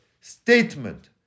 statement